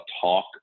talk